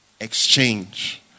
exchange